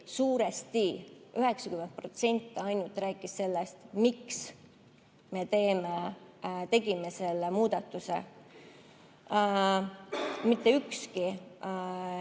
suuresti, 90%, rääkis ainult sellest, miks me tegime selle muudatuse. Mitte ükski